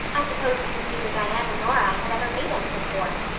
i suppose because neither diana nor i had ever made any before.